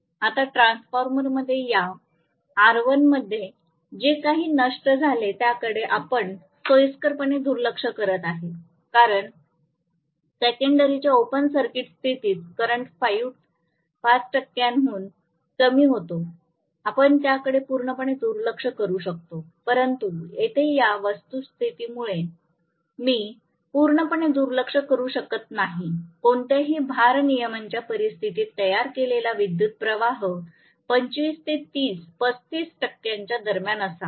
आता ट्रान्सफॉर्मरमध्ये या आर 1 मध्ये जे काही नष्ट झाले त्याकडे आपण सोयीस्करपणे दुर्लक्ष करत आहे कारण सेकंडरीच्या ओपन सर्किट स्थितीत करंट 5 टक्क्यांहून कमी होता आपण त्याकडे पूर्णपणे दुर्लक्ष करू शकतो परंतु येथे या वस्तुस्थितीमुळे मी पूर्णपणे दुर्लक्ष करू शकत नाही कोणत्याही भारनियमनाच्या परिस्थितीत तयार केलेला विद्युतप्रवाह 25 ते 30 35 टक्क्यांच्या दरम्यान असावा